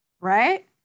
right